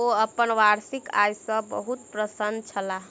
ओ अपन वार्षिक आय सॅ बहुत प्रसन्न छलाह